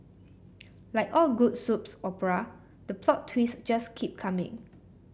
like all good soups opera the plot twist just keep coming